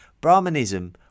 Brahmanism